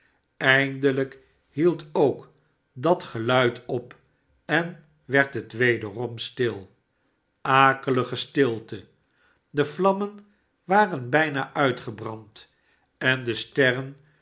eindelijk hield ook dat geluid op en werd het wederom stil akelige stilte de vlammen waren bijna uitgebrand en de sterren